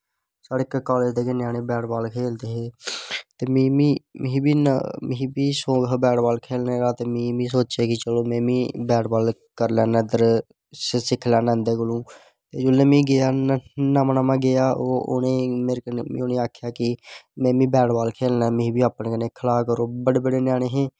साढ़े कालेज़ दे गै ञ्यानें बैट बॉल खेलदे हे ते में बी इन्ना शौक हा बैट बॉल खेलने दा ते में बी सोचेआ चलो में बी बैट बॉल करी लैन्ना इध्दर सिक्खी लैना इंदे कोलूं जिसलै में गेआ नमां नमां गेआ उनें मेरे कोल आक्खेआ कि में बी बैटबॉल खेलने मिगी बी अपने कन्नै खला करो बड़े बड़े ञ्यानें ही